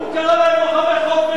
הוא קרא להם לוחמי חופש.